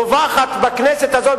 רווחת בכנסת הזאת,